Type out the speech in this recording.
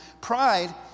Pride